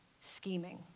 scheming